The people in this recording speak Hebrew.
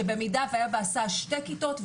שבמידה והיו בהסעה שתי כיתות,